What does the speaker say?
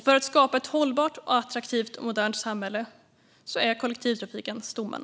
För att skapa ett hållbart, attraktivt och modernt samhälle är kollektivtrafiken stommen.